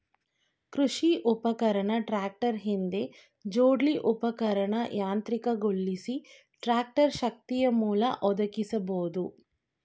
ಕೃಷಿ ಉಪಕರಣ ಟ್ರಾಕ್ಟರ್ ಹಿಂದೆ ಜೋಡ್ಸಿ ಉಪಕರಣನ ಯಾಂತ್ರಿಕಗೊಳಿಸಿ ಟ್ರಾಕ್ಟರ್ ಶಕ್ತಿಯಮೂಲ ಒದಗಿಸ್ಬೋದು